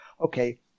okay